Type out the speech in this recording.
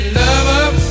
lover